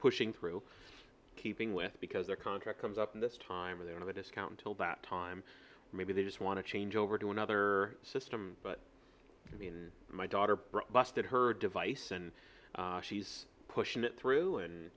pushing through keeping with because their contract comes up in this time of the end of a discount all that time maybe they just want to change over to another system but i mean my daughter busted her device and she's pushing it through and